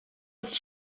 ist